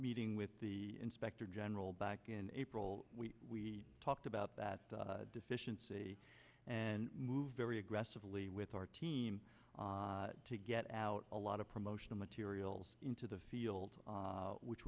meeting with the inspector general back in april we talked about that deficiency and move very aggressively with our team to get out a lot of promotional materials into the field which